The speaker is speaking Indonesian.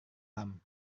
alam